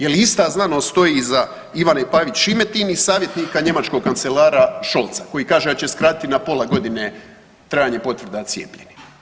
Jel ista znanost stoji iza Ivane Pavić Šimetin i savjetnika njemačkog kancelara Scholza koji kaže da će skratiti na pola godine trajanje potvrde cijepljenima.